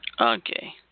Okay